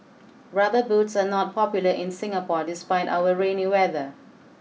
rubber boots are not popular in Singapore despite our rainy weather